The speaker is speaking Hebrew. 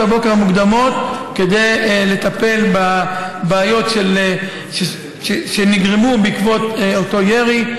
הבוקר המוקדמות כדי לטפל בבעיות שנגרמו בעקבות אותו ירי.